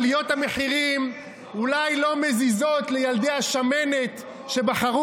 עליות המחירים אולי לא מזיזות לילדי השמנת שבחרו